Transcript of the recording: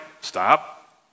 Stop